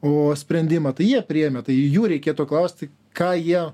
o sprendimą tai jie priėmė tai jų reikėtų klausti ką jie